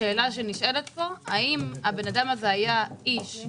השאלה שנשאלת פה היא אם האדם הזה לא היה עיתונאי,